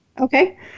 Okay